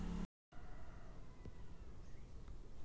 ಬೀಜವನ್ನು ಭೂಮಿಯಲ್ಲಿ ಬಿತ್ತಿ ಬೆಳೆಸುವುದಾ?